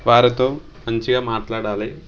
వారితో మంచిగా మాట్లాడాలి